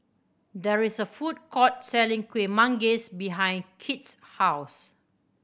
there is a food court selling Kueh Manggis behind Kit's house